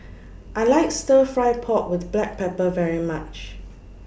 I like Stir Fry Pork with Black Pepper very much